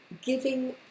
giving